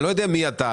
אני לא יודע מי אתה,